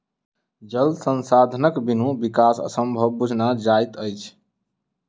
जल संसाधनक बिनु विकास असंभव बुझना जाइत अछि